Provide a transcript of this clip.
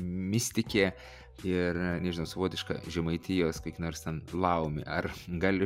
mistikė ir savotiška žemaitijos kokia nors ten laumė ar galiu